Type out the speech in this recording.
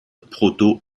proto